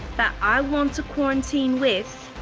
that i want to quarantine with,